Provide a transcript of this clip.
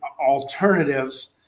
alternatives